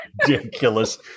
ridiculous